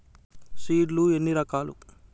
Seed లు ఎన్ని రకాలు?